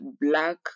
black